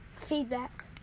Feedback